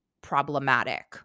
problematic